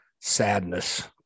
sadness